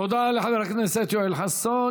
תודה לחבר הכנסת יואל חסון.